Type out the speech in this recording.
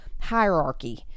hierarchy